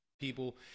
people